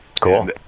Cool